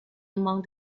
among